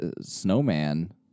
snowman